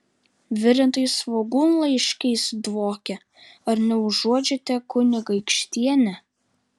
virintais svogūnlaiškiais dvokia ar neužuodžiate kunigaikštiene